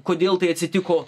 kodėl tai atsitiko